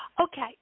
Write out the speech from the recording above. Okay